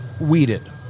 weeded